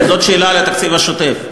זאת שאלה על התקציב השוטף.